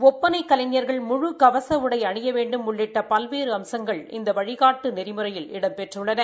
ஒப்பனை கலைஞர்கள் முழு கவச உடை அணிய வேண்டும் உள்ளிட்ட பல்வேறு அம்சங்கள் இந்த வழிகாட்டு நெறிமுறையில் இடம்பெற்றுள்ளன